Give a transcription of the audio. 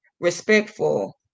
respectful